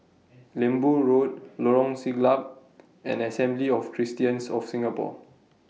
Lembu Road Lorong Siglap and Assembly of Christians of Singapore